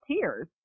tears